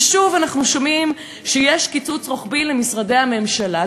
ושוב אנחנו שומעים שיש קיצוץ רוחבי למשרד הממשלה?